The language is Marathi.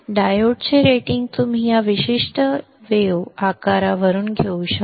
डायोडचे रेटिंग तुम्ही या विशिष्ट वेव्ह आकारावरून घेऊ शकता